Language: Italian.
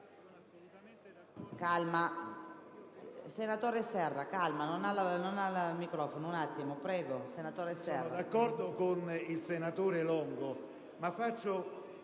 d'accordo con il senatore Longo